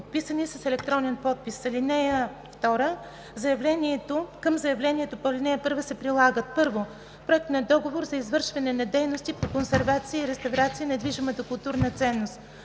подписани с електронен подпис. (2) Към заявлението по ал. 1 се прилагат: 1. проект на договор за извършване на дейности по консервация и реставрация на движимата културна ценност;